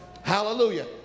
hallelujah